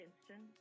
instant